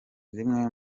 zimwe